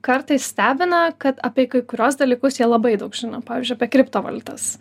kartais stebina kad apie kai kuriuos dalykus jie labai daug žino pavyzdžiui apie kriptovaliutas